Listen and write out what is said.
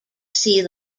sea